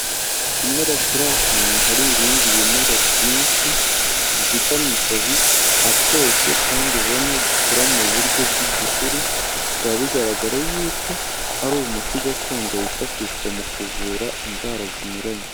Ikimera kiri ahantu hari ibindi bimera byinshi, gifite amababi atoshye kandi ubona gikura mu buryo bw'igihuru, bikaba bigaragara yuko ari umuti gakondo wifashishwa mu kuvura indwara zinyuranye.